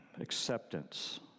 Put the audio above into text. acceptance